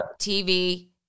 TV